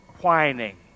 whining